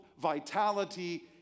vitality